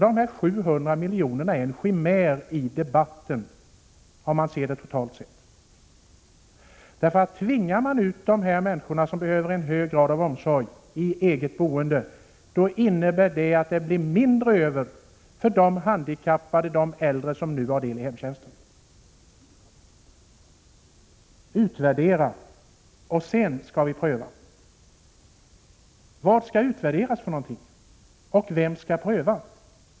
De 700 miljonerna är en chimär i debatten, totalt sett, för tvingar vi ut människorna som behöver en hög grad av omsorg i eget boende, då innebär det att det blir mindre över för de handikappade och äldre som nu har del i hemtjänsten. Man skall utvärdera, och sedan skall vi pröva, har det sagts. Vad skall utvärderas, och vem skall pröva?